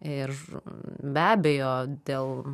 ir be abejo dėl